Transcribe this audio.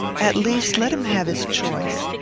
at least, let him have his choice.